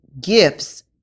gifts